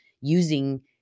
using